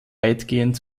weitgehend